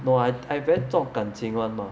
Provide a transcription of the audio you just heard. no I I very 重感情 [one] mah